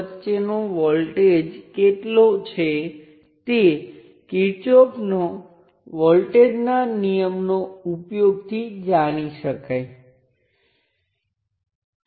યાદ રાખો કે આ મોડેલ મેળવવાં માટેનું એક માત્ર પગલું છે આ મોડેલ બનાવવા માટે આપણે આ I1 નું મૂલ્ય જાણવાની જરૂર નથી